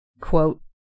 quote